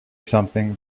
something